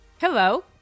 Hello